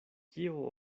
kio